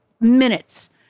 minutes